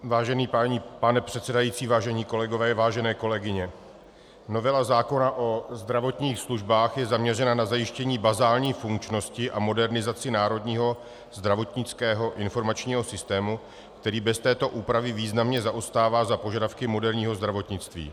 Vážený pane předsedající, vážení kolegové, vážené kolegyně, novela zákona o zdravotních službách je zaměřena na zajištění bazální funkčnosti a modernizaci Národního zdravotnického informačního systému, který bez této úpravy významně zaostává za požadavky moderního zdravotnictví.